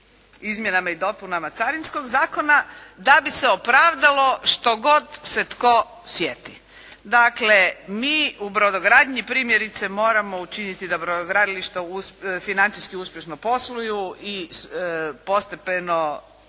izmjenama i dopunama Carinskog zakona, da bi se opravdalo što god se tko sjeti. Dakle, mi u brodogradnji, primjerice, moramo učiniti da brodogradilišta financijski uspješno posluju i postepeno